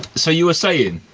so you were saying.